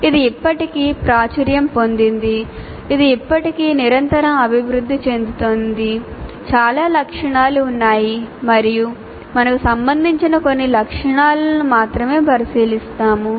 ఇది ఇప్పటికీ ప్రాచుర్యం పొందింది ఇది ఇప్పటికీ నిరంతరం అభివృద్ధి చెందుతోంది చాలా లక్షణాలు ఉన్నాయి మరియు మనకు సంబంధించిన కొన్ని లక్షణాలను మాత్రమే పరిశీలిస్తాము